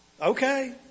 Okay